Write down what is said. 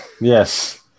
yes